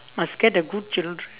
must get a good children